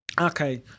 Okay